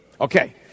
Okay